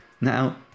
Now